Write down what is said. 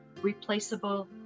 replaceable